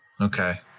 Okay